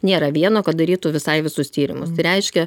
nėra vieno kad darytų visai visus tyrimus tai reiškia